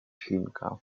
chinka